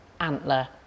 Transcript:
antler